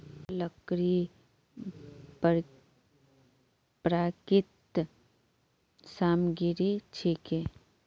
लकड़ी प्राकृतिक सामग्री छिके